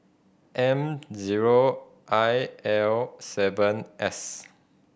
M zero I L seven S